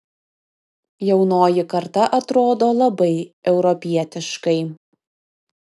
jaunoji karta atrodo labai europietiškai